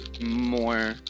more